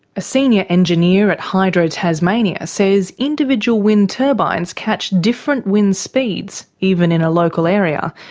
a senior engineer at hydro tasmania says individual wind turbines catch different wind speeds, even in a local area,